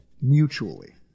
Mutually